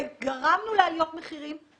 וגרמנו לעליות מחירים,